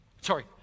Sorry